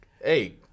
hey